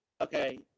Okay